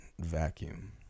vacuum